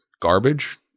garbage